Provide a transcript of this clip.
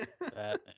Batman